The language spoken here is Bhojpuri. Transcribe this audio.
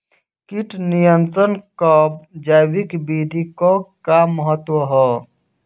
कीट नियंत्रण क जैविक विधि क का महत्व ह?